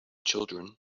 children